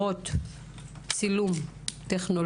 בוקר טוב, גבירותיי ורבותיי, צוות הוועדה,